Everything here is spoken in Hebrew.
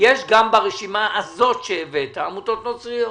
יש גם ברשימה הזאת שהבאת עמותות נוצריות